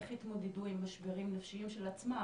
איך התמודדו עם משברים נפשיים של עצמם,